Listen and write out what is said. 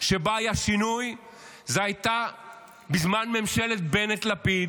שבה היה שינוי הייתה בזמן ממשלת בנט-לפיד,